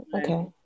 Okay